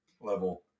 level